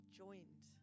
joined